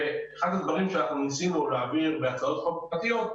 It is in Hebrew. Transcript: אחד הדברים שניסינו להעביר בהצעות חוק פרטיות,